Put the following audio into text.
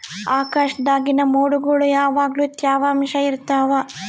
ಆಕಾಶ್ದಾಗಿನ ಮೊಡ್ಗುಳು ಯಾವಗ್ಲು ತ್ಯವಾಂಶ ಇರ್ತವ